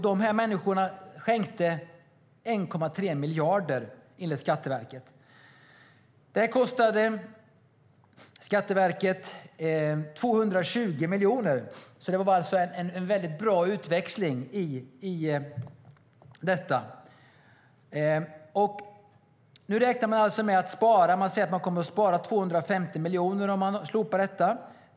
De människorna skänkte enligt Skatteverket 1,3 miljarder. Det kostade Skatteverket 220 miljoner, så det var en bra utväxling i detta. Nu säger man att man kommer att spara 250 miljoner om man slopar detta.